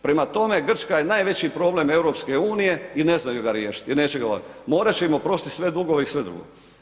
Prema tome, Grčka je najveći problem EU-a i ne znaju ga riješiti i neće ga ... morat će im oprostiti sve dugove i sve drugo.